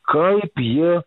kaip jie